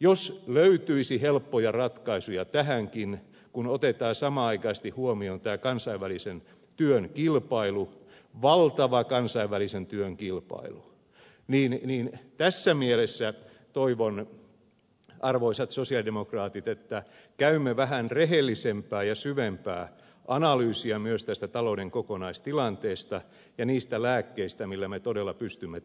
jos löytyisi helppoja ratkaisuja tähänkin kun otetaan samanaikaisesti huomioon tämä kansainvälisen työn kilpailu valtava kansainvälisen työn kilpailu niin tässä mielessä toivon arvoisat sosialidemokraatit että käymme vähän rehellisempää ja syvempää analyysia myös tästä talouden kokonaistilanteesta ja niistä lääkkeistä millä me todella pystymme